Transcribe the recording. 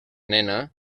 nena